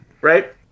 Right